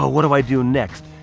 what am i doing next?